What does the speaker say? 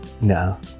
no